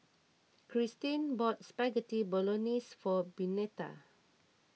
Kristyn bought Spaghetti Bolognese for Benita